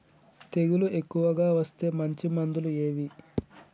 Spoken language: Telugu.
తెగులు ఎక్కువగా వస్తే మంచి మందులు ఏవి?